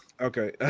Okay